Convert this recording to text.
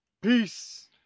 Peace